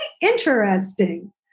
interesting